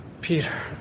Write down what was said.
Peter